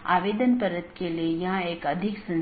इसलिए हलका करने कि नीति को BGP